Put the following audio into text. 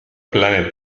planet